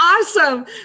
Awesome